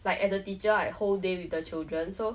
like as a teacher I whole day with their children so